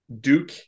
Duke